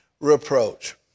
reproach